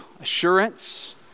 assurance